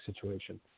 situation